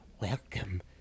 Welcome